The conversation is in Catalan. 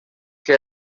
que